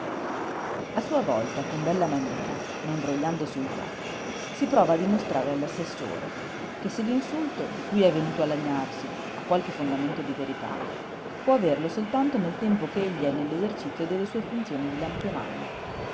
a sua volta con bella maniera ma imbrogliandosi un po si prova a dimostrare all'assessore che se l'insulto di cui è venuto a lagnarsi ha qualche fondamento di verità può averlo soltanto nel tempo che egli è nell'esercizio delle sue funzioni di lampionajo